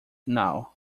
now